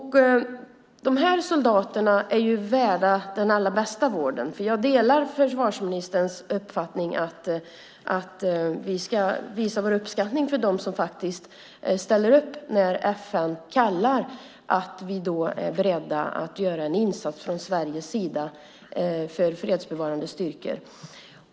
Dessa soldater är värda den allra bästa vården. Jag delar alltså försvarsministerns uppfattning att vi ska visa vår uppskattning för dem som faktiskt ställer upp när FN kallar. Vi ska då vara beredda att göra en insats från Sveriges sida för fredsbevarande styrkor.